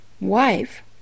wife